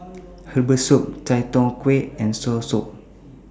Herbal Soup Chai Tow Kway and Soursop